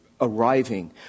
arriving